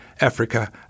Africa